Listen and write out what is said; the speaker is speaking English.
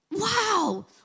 wow